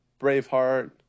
Braveheart